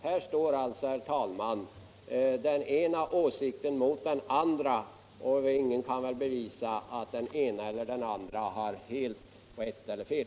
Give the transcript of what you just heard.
Här står alltså, herr talman, den ena åsikten mot den andra, och ingen kan väl bevisa att den ena eller den andra har helt rätt eller fel.